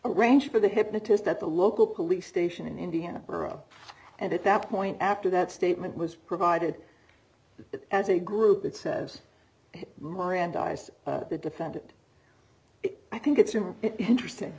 arranged for the hypnotist at the local police station in indiana and at that point after that statement was provided to as a group that says mirandized the defendant i think it's an interesting